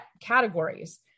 categories